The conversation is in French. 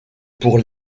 pour